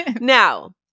Now